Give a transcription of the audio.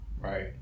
Right